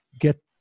get